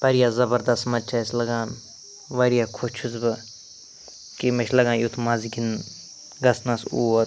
واریاہ زبردَست مَزٕ چھُ اسہِ لَگان واریاہ خۄش چھُس بہٕ کہِ مےٚ چھُ لَگان یُتھ مَزٕ گِن گژھنَس اور